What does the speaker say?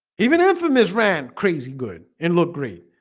even infamous ran crazy good and looked great.